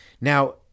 Now